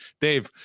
Dave